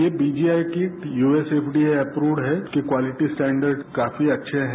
ये PGI kit USFDA approved है इसका क्यालिटी स्टैंडर्ड काफी अच्छे हैं